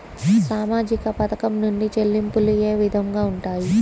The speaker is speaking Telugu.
సామాజిక పథకం నుండి చెల్లింపులు ఏ విధంగా ఉంటాయి?